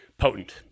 potent